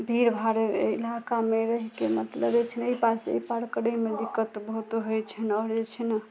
भीड़ भाड़ इलाकामे रहिके मतलब जे छै ने एहि पार से एहि पार करैमे दिक्कत बहुत होइ छै आओर जे छै ने